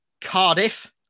Cardiff